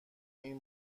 این